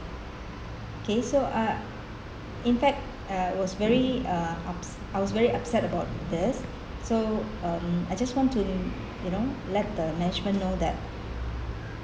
okay so uh in fact uh I was very uh upse~ I was very upset about this so um I just want to you know let the management know that